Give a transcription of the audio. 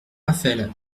raphaël